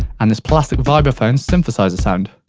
and this plastic vibraphone synthesiser sound.